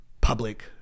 public